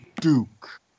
Duke